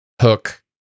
hook